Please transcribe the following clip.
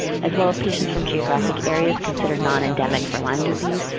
as well patients from geographic areas considered non-endemic for lyme disease,